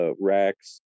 racks